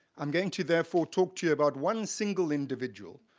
i'm going to therefore talk to you about one single individual,